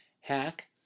hack